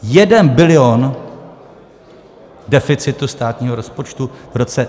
Jeden bilion deficitu státního rozpočtu v roce 2026.